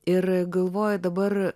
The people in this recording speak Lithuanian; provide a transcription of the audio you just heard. ir galvoju dabar